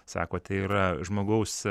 sako tai yra žmogaus